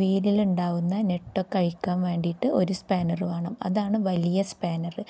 വീലിലുണ്ടാവുന്ന നെട്ടൊക്കെ അഴിക്കാൻ വേണ്ടിയിട്ട് ഒരു സ്പാനറ് വേണം അതാണ് വലിയ സ്പാനറ്